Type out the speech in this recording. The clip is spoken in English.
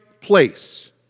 place